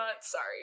sorry